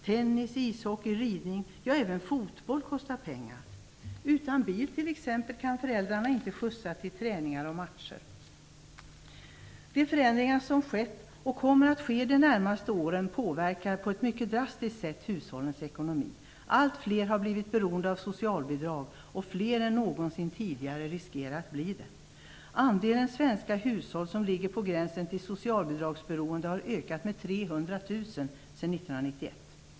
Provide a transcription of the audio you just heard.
Tennis, ishockey, ridning, ja även fotboll kostar pengar. Utan bil kan föräldrarna t.ex. inte skjutsa till träningar och matcher. De förändringar som skett och kommer att ske de närmaste åren påverkar hushållens ekonomi på ett mycket drastiskt sätt. Allt fler har blivit beroende av socialbidrag, och fler än någonsin tidigare riskerar att bli det. Antalet svenska hushåll som ligger på gränsen till socialbidragsberoende har ökat med 300 000 sedan 1991.